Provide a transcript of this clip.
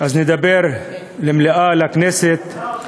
אז נדבר למליאה, לכנסת.